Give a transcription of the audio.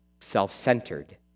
self-centered